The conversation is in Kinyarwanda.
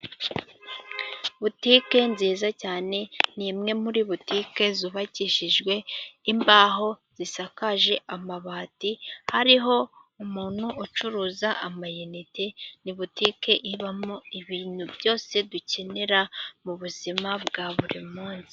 Butike nziza cyane ni imwe muri butike zubakishijwe imbaho zisakaje amabati hariho umuntu ucuruza amayinite ni butike ibamo ibintu byose dukenera mu buzima bwa buri munsi.